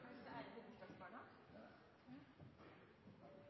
fagorgan, det er ikke